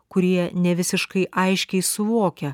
kurie nevisiškai aiškiai suvokia